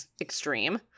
extreme